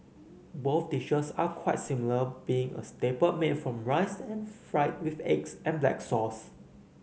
both dishes are quite similar being a staple made from rice and fried with eggs and black sauce